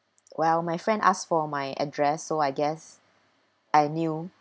well my friend ask for my address so I guess I knew